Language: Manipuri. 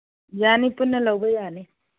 ꯌꯥꯅꯤ ꯄꯨꯟꯅ ꯂꯧꯕ ꯌꯥꯅꯤ